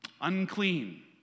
unclean